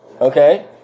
Okay